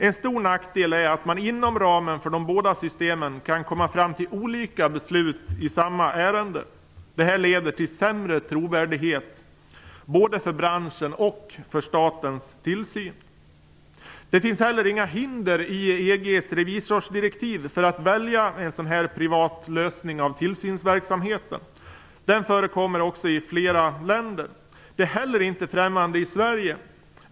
En stor nackdel är att man inom ramen för de båda systemen kan komma fram till olika beslut i samma ärende. Detta leder till sämre trovärdighet både för branschen och för statens tillsyn. Det finns heller inga hinder i EG:s revisorsdirektiv för att välja en sådan privat lösning av tillsynsverksamheten. Den förekommer också i flera länder. Det är heller inte främmande i Sverige.